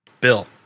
Bill